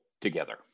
together